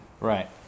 Right